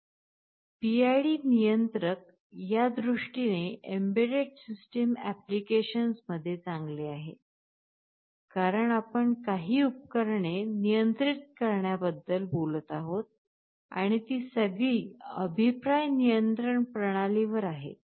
PID नियंत्रक या दृष्टीने एम्बेडेड सिस्टम अँपप्लिकेशन्समध्ये चांगले आहे कारण आपण काही उपकरणे नियंत्रित करण्याबद्दल बोलत आहोत आणि ती सगळी अभिप्राय नियंत्रण प्रणाली वर आहेत